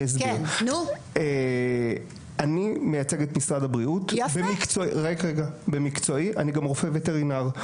אני מייצג את משרד הבריאות ובמקצועי אני גם רופא וטרינר,